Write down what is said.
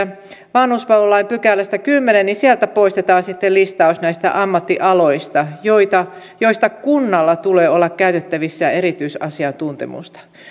vanhuspalvelulain kymmenennestä pykälästä poistetaan listaus näistä ammattialoista joista kunnalla tulee olla käytettävissä erityisasiantuntemusta